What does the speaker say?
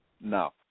No